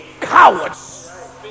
cowards